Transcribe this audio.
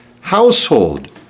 household